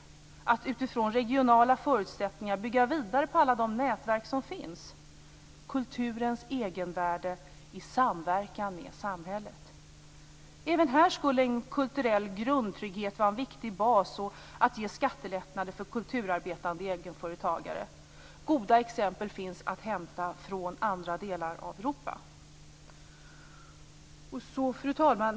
Det handlar om att utifrån regionala förutsättningar bygga vidare på alla de nätverk som finns och om kulturens egenvärde i samverkan med samhället. Även här skulle en kulturell grundtrygghet vara en viktig bas, och ge skattelättnader för kulturarbetande egenföretagare. Goda exempel finns att hämta från andra delar av Europa. Fru talman!